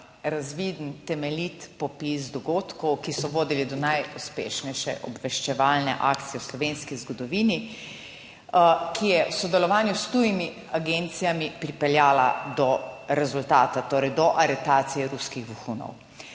razviden temeljit popis dogodkov, ki so vodili do najuspešnejše obveščevalne akcije v slovenski zgodovini, ki je v sodelovanju s tujimi agencijami pripeljala do rezultata, torej do aretacije ruskih vohunov.